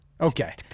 Okay